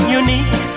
unique